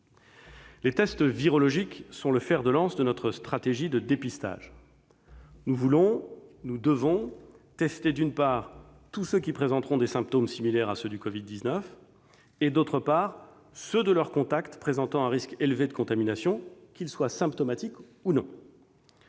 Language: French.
Les tests virologiques sont le fer de lance de notre stratégie de dépistage. Nous voulons, nous devons tester tous ceux qui présenteront des symptômes similaires à ceux du Covid-19, d'une part, et ceux de leurs contacts présentant un risque élevé de contamination, qu'ils soient symptomatiques ou non,